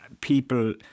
people